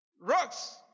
Rocks